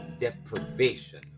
deprivation